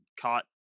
caught